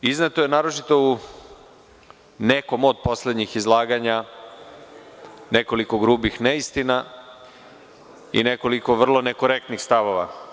Izneto je u nekom od poslednjih izlaganja nekoliko grubih neistina i nekoliko vrlo nekorektnih stavova.